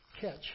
catch